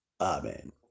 amen